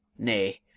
nay,